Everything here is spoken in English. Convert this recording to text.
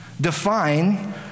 define